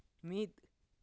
ᱢᱤᱫ